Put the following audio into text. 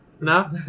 no